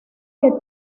que